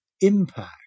impact